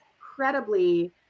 incredibly